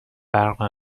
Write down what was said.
برق